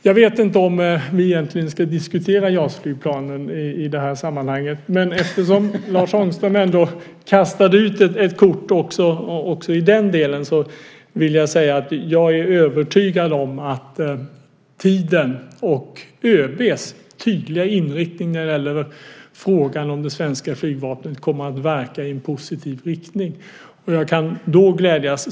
Jag vet inte om vi egentligen ska diskutera JAS-flygplanen i det här sammanhanget, men eftersom Lars Ångström ändå kastade ut ett kort också i den delen vill jag säga att jag är övertygad om att tiden och ÖB:s tydliga inriktning när det gäller frågan om det svenska flygvapnet kommer att verka i en positiv riktning.